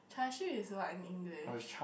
Char-Siew is what in English